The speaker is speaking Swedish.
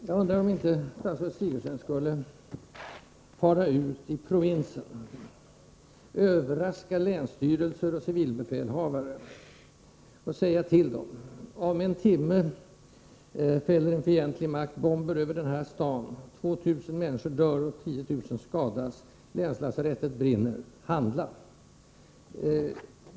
Jag undrar om inte statsrådet Sigurdsen borde fara ut i provinsen, överraska länsstyrelser och civilbefälhavare och sägs till dem: Om en timme fäller en fientlig makt bomber över den här staden, 2 000 människor dör och 10 000 skadas, länslasarettet brinner. Handla!